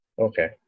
Okay